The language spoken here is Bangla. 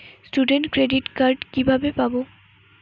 স্টুডেন্ট ক্রেডিট কার্ড কিভাবে পাব?